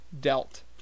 dealt